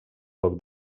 poc